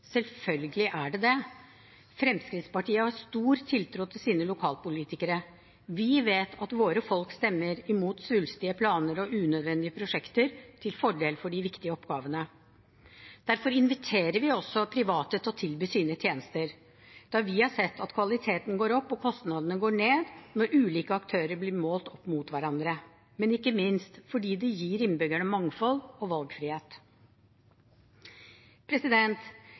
Selvfølgelig er det det. Fremskrittspartiet har stor tiltro til sine lokalpolitikere. Vi vet at våre folk stemmer imot svulstige planer og unødvendige prosjekter, til fordel for de viktige oppgavene. Derfor inviterer vi også private til å tilby sine tjenester, da vi har sett at kvaliteten går opp og kostnadene ned når ulike aktører blir målt opp mot hverandre, men ikke minst fordi det gir innbyggerne mangfold og valgfrihet.